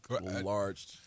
large